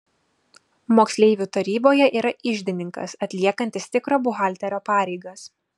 moksleivių taryboje yra iždininkas atliekantis tikro buhalterio pareigas